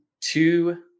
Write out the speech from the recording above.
two